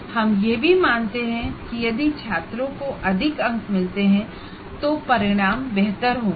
हम यह भी मानते हैं कि यदि छात्रों को अधिक अंक मिलते हैं तो आउटकम बेहतर होंगे